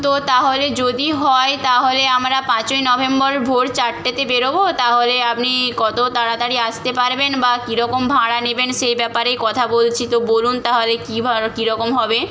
তো তাহলে যদি হয় তাহলে আমরা পাঁচই নভেম্বর ভোর চারটেতে বেরোব তাহলে আপনি কত তাড়াতাড়ি আসতে পারবেন বা কীরকম ভাড়া নেবেন সেই ব্যাপারেই কথা বলছি তো বলুন তাহলে কী ভাড়া কীরকম হবে